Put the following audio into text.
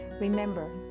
Remember